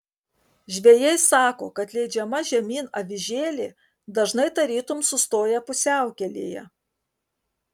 žvejai sako kad leidžiama žemyn avižėlė dažnai tarytum sustoja pusiaukelėje